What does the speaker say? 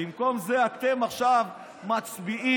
במקום זה אתם עכשיו מצביעים